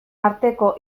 arteko